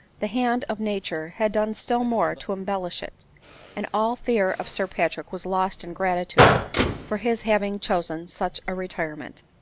the hand of nature had done still more to embellish it and all fear of sir pa trick was lost in gratitude for his having chosen such a re tirement.